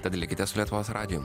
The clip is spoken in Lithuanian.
tad likite su lietuvos radiju